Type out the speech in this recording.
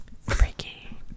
Freaky